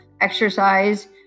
exercise